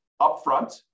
upfront